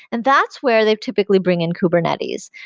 and that's where they typically bring in kubernetes.